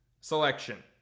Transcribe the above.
selection